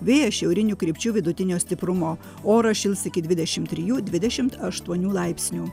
vėjas šiaurinių krypčių vidutinio stiprumo oras šils iki dvidešim trijų dvidešim aštuonių laipsnių